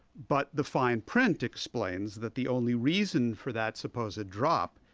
but the fine print explains that the only reason for that supposed drop,